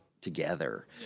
together